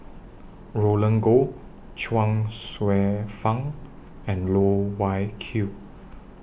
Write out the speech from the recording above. Roland Goh Chuang Hsueh Fang and Loh Wai Kiew